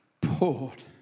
poured